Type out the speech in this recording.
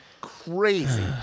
crazy